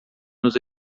nos